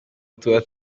tuba